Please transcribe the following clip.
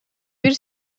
бир